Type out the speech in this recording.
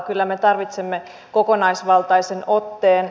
kyllä me tarvitsemme kokonaisvaltaisen otteen